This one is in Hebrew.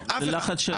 יתפתה ללחץ?